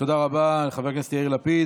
תודה רבה לחבר הכנסת יאיר לפיד.